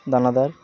দানাদার